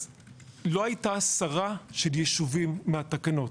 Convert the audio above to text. אז לא הייתה הסרה של יישובים מהתקנות,